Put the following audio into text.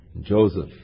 Joseph